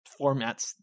formats